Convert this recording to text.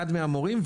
אחד מהמורים,